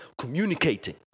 Communicating